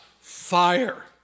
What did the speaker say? fire